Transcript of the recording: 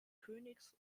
königs